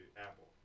Apple